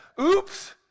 oops